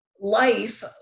life